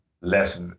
less